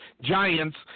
Giants